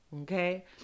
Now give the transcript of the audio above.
Okay